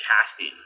casting